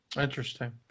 Interesting